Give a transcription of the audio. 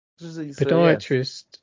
Podiatrist